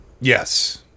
Yes